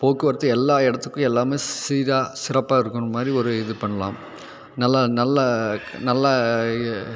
போக்குவரத்து எல்லா இடத்துக்கும் எல்லாமே சீராக சிறப்பாக இருக்கணுமாதிரி ஒரு இது பண்லாம் நல்லா நல்லா நல்லா